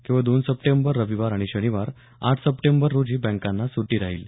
केवळ दोन सप्टेंबर रविवार आणि शनिवार आठ सप्टेंबर रोजी बँकांना सुटी राहील